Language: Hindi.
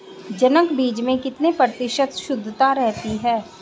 जनक बीज में कितने प्रतिशत शुद्धता रहती है?